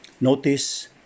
Notice